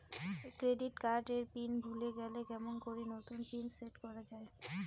Credit card এর PIN ভুলে গেলে কেমন করি নতুন পিন সেট করা য়ায়?